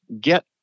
get